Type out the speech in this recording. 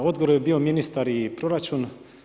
Odgovor je bio ministar i proračun.